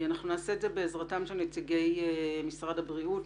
אנחנו נעשה זאת בעזרתם של נציגי משרד הבריאות,